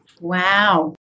Wow